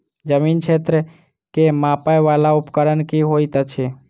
जमीन क्षेत्र केँ मापय वला उपकरण की होइत अछि?